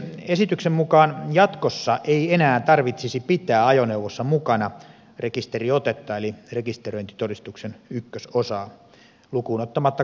esityksen mukaan jatkossa ei enää tarvitsisi pitää ajoneuvossa mukana rekisteriotetta eli rekisteröintitodistuksen ykkösosaa lukuun ottamatta kansainvälistä liikennettä